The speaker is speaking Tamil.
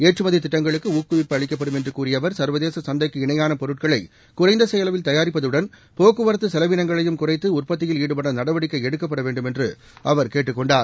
ஏற்றுமதி திட்டங்களுக்கு ஊக்குவிப்பு அளிக்கப்படும் என்று கூறிய அவர் சர்வதேச சந்தைக்கு இணையான பொருட்களைக் குறைந்த செலவில் தயாரிப்பதுடன் போக்குரத்து செலவிளங்களையும் குறைத்து உற்பத்தியில் ஈடுபட நடவடிக்கை எடுக்கப்பட வேண்டும் என்று அவர் கேட்டுக் கொண்டார்